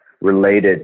related